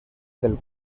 del